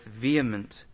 vehement